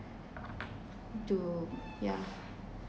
to yeah